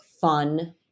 fun